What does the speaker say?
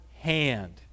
hand